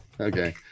okay